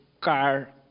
car